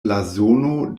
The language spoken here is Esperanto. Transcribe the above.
blazono